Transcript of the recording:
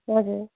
हजुर